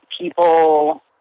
people